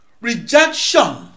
Rejection